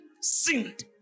sinned